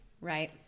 Right